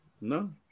No